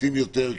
הפשוטים יותר,